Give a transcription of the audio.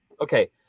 Okay